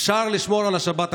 אפשר לשמור על השבת הקדושה,